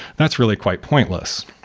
that's really quite pointless.